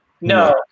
No